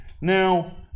Now